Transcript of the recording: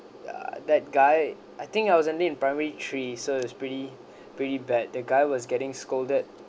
ya that guy I think I was only in primary three so it's pretty pretty bad the guy was getting scolded